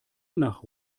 nach